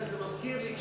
זה מזכיר לי,